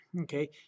okay